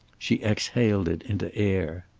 she exhaled it into air.